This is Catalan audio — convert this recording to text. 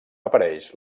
apareix